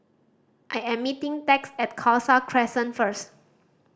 I am meeting Tex at Khalsa Crescent first